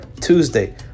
tuesday